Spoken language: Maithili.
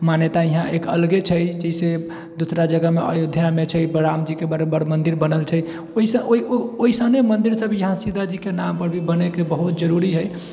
मान्यता इहाँ एक अलगे छै जइसे दोसरा जगहमे अयोध्यामे छै रामजीके बड़ बड़ मन्दिर बनल छै ओहिसँ ओइसने मन्दिरसब इहाँ सीताजीके नामपर भी बनैके बहुत जरूरी हइ